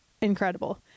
incredible